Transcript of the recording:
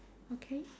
okay